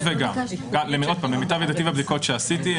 גם וגם, למיטב ידיעתי והבדיקות שעשיתי.